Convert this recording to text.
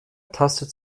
tastet